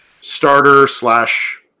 starter/slash